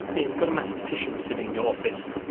and you've got a mathematician sitting in your office.